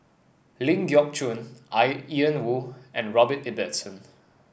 Ling Geok Choon I Ian Woo and Robert Ibbetson